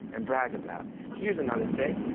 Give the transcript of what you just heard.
and brag about. here's another thing.